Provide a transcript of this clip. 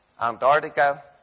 Antarctica